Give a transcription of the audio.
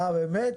אה, באמת?